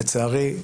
לצערי,